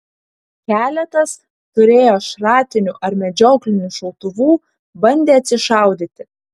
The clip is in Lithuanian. keletas turėję šratinių ar medžioklinių šautuvų bandė atsišaudyti